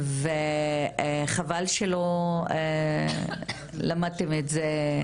וחבל שלא למדתם את זה,